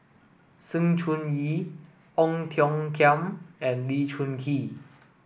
Sng Choon Yee Ong Tiong Khiam and Lee Choon Kee